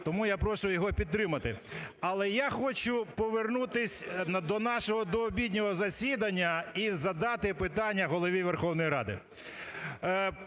тому я прошу його підтримати. Але я хочу повернутись до нашого дообіднього засідання і задати питання Голові Верховної Ради.